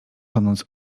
tonąc